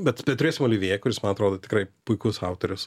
bet bet turėsim olivjė kuris man atrodo tikrai puikus autorius